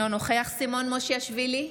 אינו נוכח סימון מושיאשוילי,